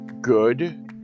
good